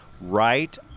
right